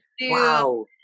Wow